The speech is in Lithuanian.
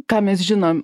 ką mes žinom